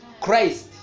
Christ